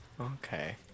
Okay